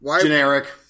Generic